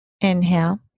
Inhale